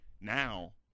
now